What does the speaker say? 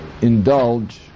indulge